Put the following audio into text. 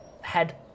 head